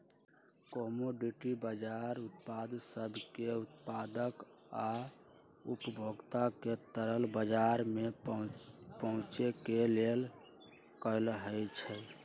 commodity बजार उत्पाद सब के उत्पादक आ उपभोक्ता के तरल बजार में पहुचे के लेल कहलाई छई